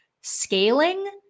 scaling